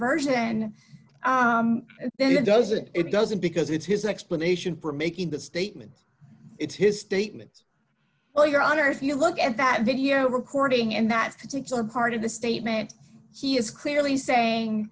version then doesn't it doesn't because it's his explanation for making that statement it's his statements well your honor if you look at that video recording in that particular part of the statement he is clearly saying